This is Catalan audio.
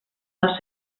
les